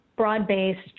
broad-based